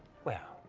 well,